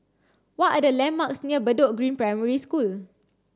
what are the landmarks near Bedok Green Primary School